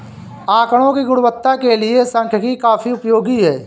आकड़ों की गुणवत्ता के लिए सांख्यिकी काफी उपयोगी है